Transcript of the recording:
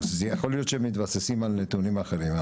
אז יכול להיות שהם מתבססים על נתונים אחרים.